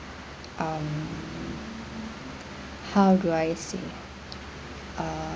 um how do I say uh